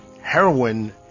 heroin